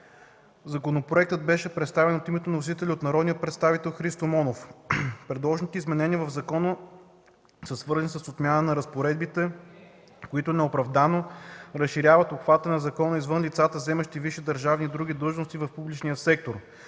Законопроектът беше представен от името на вносителите от народния представител Христо Монов. Предложените изменения в закона са свързани с отмяна на разпоредбите, които неоправдано разширяват обхвата на закона извън лицата, заемащи висши държавни и други длъжности в публичния сектор.